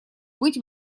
быть